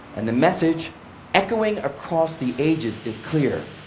and the message echoing across the ages is clear.